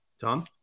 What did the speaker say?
Tom